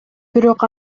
бирок